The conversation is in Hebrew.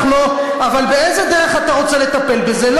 אבל באיזו דרך אתה רוצה לטפל בזה?